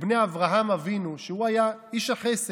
כבני אברהם אבינו, שהיה איש החסד,